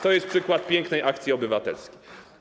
To jest przykład pięknej akcji obywatelskiej.